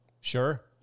Sure